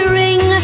ring